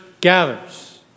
gathers